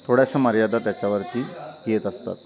थोड्याशा मर्यादा त्याच्यावरती येत असतात